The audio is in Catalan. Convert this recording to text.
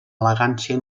elegància